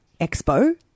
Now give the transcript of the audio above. expo